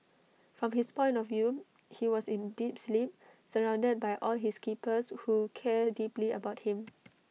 from his point of view he was in deep sleep surrounded by all his keepers who care deeply about him